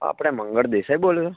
આપણે મંગળ દેસાઇ બોલો છો